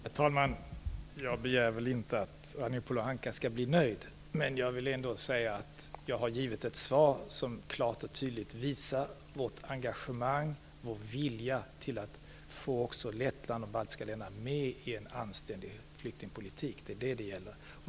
Herr talman! Jag begär väl inte att Ragnhild Pohanka skall bli nöjd, men jag har givit ett svar som klart och tydligt visar vårt engagemang och vår vilja att få med Lettland och de andra baltiska länderna i en anständig flyktingpolitik. Det är det som gäller.